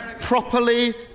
properly